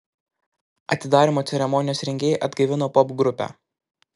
atidarymo ceremonijos rengėjai atgaivino popgrupę